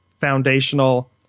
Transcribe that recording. foundational